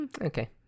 okay